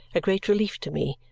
a great relief to me,